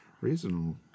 reasonable